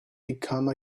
become